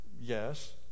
Yes